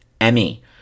Emmy